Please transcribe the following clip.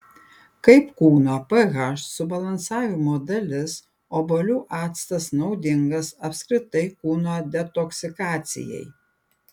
kaip kūno ph subalansavimo dalis obuolių actas naudingas apskritai kūno detoksikacijai